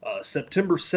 September